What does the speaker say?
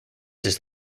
his